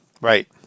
Right